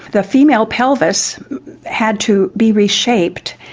the female pelvis had to be reshaped,